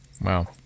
Wow